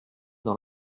dans